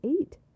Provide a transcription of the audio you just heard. eight